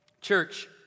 Church